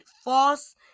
false